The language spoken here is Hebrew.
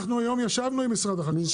אנחנו היום ישבנו עם משרד החקלאות,